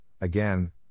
again